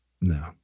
No